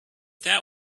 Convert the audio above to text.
that